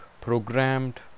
programmed